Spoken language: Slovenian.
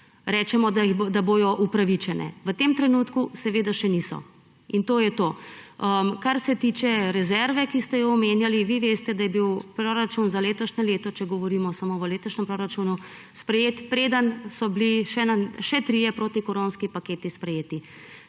rečemo, da bodo upravičene. V tem trenutku seveda še niso, in to je to. Kar se tiče rezerve, ki ste jo omenjali, vi veste, da je bil proračun za letošnje leto, če govorimo samo o letošnjem proračunu, sprejet, preden so bili sprejeti še trije protikoronski paketi.